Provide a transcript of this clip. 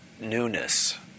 newness